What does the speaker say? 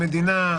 המדינה,